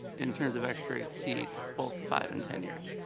in terms of actual seats both five and ten years